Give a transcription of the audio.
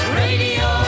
radio